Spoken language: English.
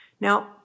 Now